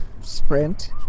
sprint